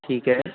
ਠੀਕ ਹੈ